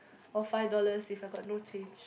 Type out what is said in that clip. or five dollars if I got no change